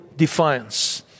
defiance